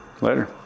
Later